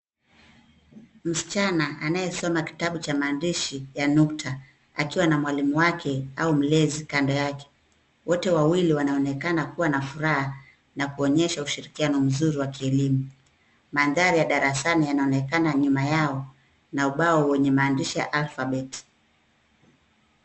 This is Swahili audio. Msichana anayesoma kitabu cha maandishi cha nukta akiwa na mwalimu wake au mlezi kando yake. Wote wawili wanaonekana kuwa na furaha na kuonyesha ushirikiano mzuri wa kielimu. Mandhari ya darasani yanaonekana nyuma yao na ubao wenye mandishi ya alpabeti.